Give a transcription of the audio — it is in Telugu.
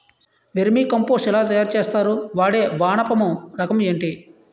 వెర్మి కంపోస్ట్ ఎలా తయారు చేస్తారు? వాడే వానపము రకం ఏంటి?